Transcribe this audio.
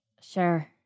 Sure